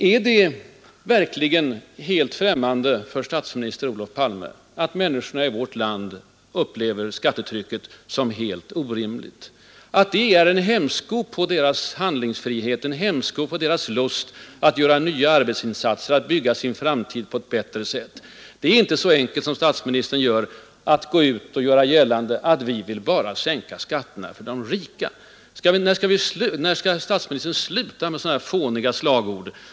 Är det verkligen helt främmande för statsminister Olof Palme att människorna i vårt land upplever skattetrycket som helt orimligt, att det utgör en hämsko på deras handlingsfrihet och på deras lust att göra nya arbetsinsatser och bygga en bättre framtid? Det är inte så enkelt som statsministern vill göra gällande, att moderaterna bara vill sänka skatterna för ”de rika”. När skall statsministern sluta med så fåniga slagord?